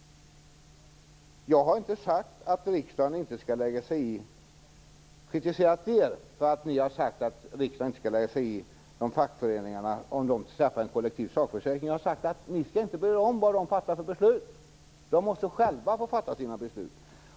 Jag har inte kritiserat er för att ni har sagt att riksdagen inte skall lägga sig i om fackföreningarna skaffar en kollektiv sakförsäkring. Jag har sagt: Ni skall inte bry er om vad de fattar för beslut! De måste själva få fatta sina beslut.